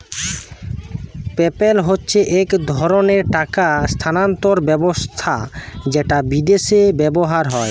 PayPal হচ্ছে এক ধরণের টাকা স্থানান্তর ব্যবস্থা যেটা বিদেশে ব্যবহার হয়